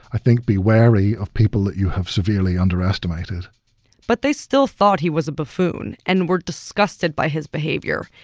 i think, be wary of people that you have severely underestimated but they still thought he was a buffoon and were disgusted by his behavior.